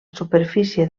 superfície